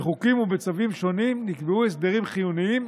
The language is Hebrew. בחוקים ובצווים שונים נקבעו הסדרים חיוניים